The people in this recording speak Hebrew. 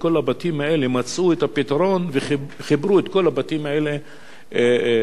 מצאו את הפתרון וחיברו את כל הבתים האלה לרשת החשמל.